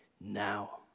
now